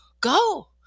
Go